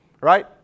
Right